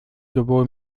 sowohl